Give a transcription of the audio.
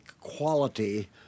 quality